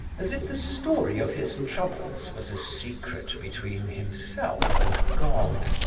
as if the story of his troubles was a secret between himself and god.